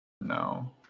No